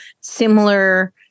similar